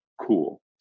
cool